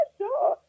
sure